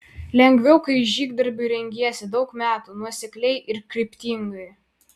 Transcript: lengviau kai žygdarbiui rengiesi daug metų nuosekliai ir kryptingai